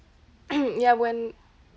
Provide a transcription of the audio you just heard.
ya when